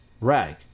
rag